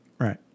Right